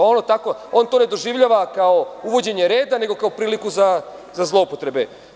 Ono to ne doživljava kao uvođenje reda, nego kao priliku za zloupotrebe.